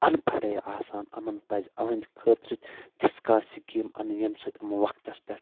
اَن پڑے آسان یِمن پزِ اہٕندِ خأطرٕ تِژھ کانہہ سکیٖم انٕنۍ ییٚمہِ سۭتۍ یِمن وقتس پٮ۪ٹھ